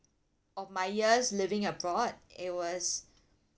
of my years living abroad it was